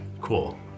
cool